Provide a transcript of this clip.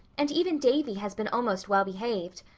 and even davy has been almost well-behaved.